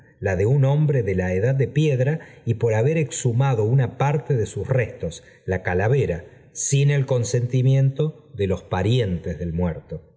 la de un hombre de la edad de piedra y por haber exhumado una parte de los restos la calavera sin el consentimiento de los parientes del muerto